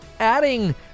adding